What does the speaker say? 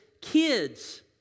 Kids